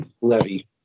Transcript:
levy